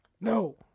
No